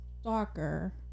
stalker